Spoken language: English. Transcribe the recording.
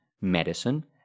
medicine